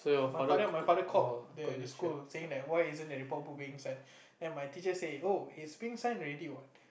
my father my father called the the school saying that why isn't the report book being sign then my teacher say oh it's being signed already what